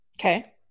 Okay